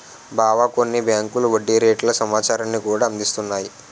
బావా కొన్ని బేంకులు వడ్డీ రేట్ల సమాచారాన్ని కూడా అందిస్తున్నాయి